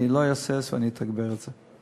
אני לא אהסס ואני אתגבר את זה.